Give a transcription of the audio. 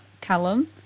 Callum